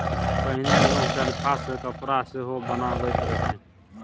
पहिने लोक चरखा सँ कपड़ा सेहो बनाबैत रहय